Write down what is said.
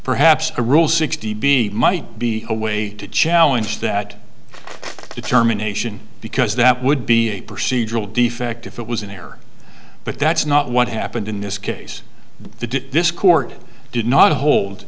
perhaps a rule sixty being might be a way to challenge that determination because that would be a procedural defect if it was in error but that's not what happened in this case the did this court did not hold